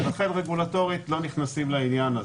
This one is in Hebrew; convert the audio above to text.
ולכן רגולטורית לא נכנסים לעניין הזה.